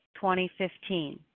2015